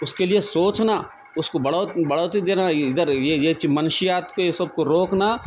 اس کے لیے سوچنا اس کو بڑھوتری بڑھوتری دینا یہ ادھر یہ یہ منشیات کو یہ سب روکنا